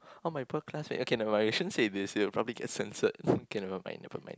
oh my poor classmate okay never mind we shouldn't say this here it will probably get censored okay never mind never mind